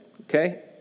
okay